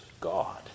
God